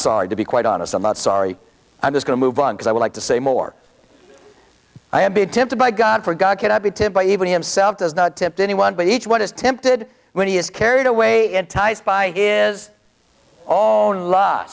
sorry to be quite honest i'm not sorry i was going to move on because i would like to say more i have been tempted by god for god cannot be to buy even himself does not tempt anyone but each one is tempted when he is carried away enticed by is all and l